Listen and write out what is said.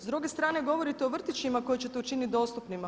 S druge strane govorite o vrtićima koje ćete učiniti dostupnima.